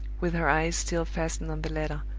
with her eyes still fastened on the letter.